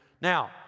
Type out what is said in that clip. Now